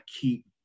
keep